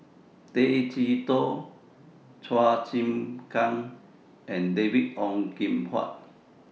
Tay Chee Toh Chua Chim Kang and David Ong Kim Huat